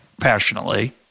passionately